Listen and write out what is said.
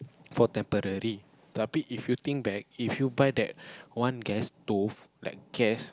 for temporary if you think back if you buy that one gas stove like gas